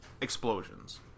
explosions